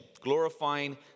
Glorifying